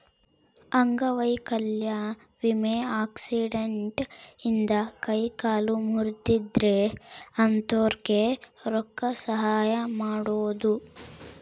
ಅಂಗವೈಕಲ್ಯ ವಿಮೆ ಆಕ್ಸಿಡೆಂಟ್ ಇಂದ ಕೈ ಕಾಲು ಮುರ್ದಿದ್ರೆ ಅಂತೊರ್ಗೆ ರೊಕ್ಕ ಸಹಾಯ ಮಾಡೋದು